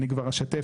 אני אשתף,